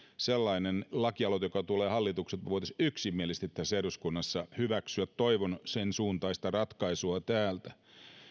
sellainen lakialoite joka tulee hallitukselta ja voitaisiin yksimielisesti tässä eduskunnassa hyväksyä toivon sen suuntaista ratkaisua täältä